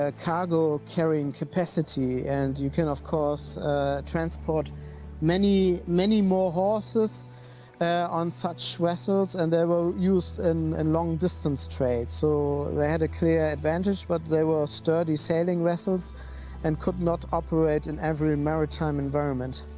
ah cargo carrying capacity and you can of course transport many, many more horses on such vessels and there were used in and and long distance trade. so, they had a clear advantage, but they were sturdy sailing vessels and could not operate in every maritime environment.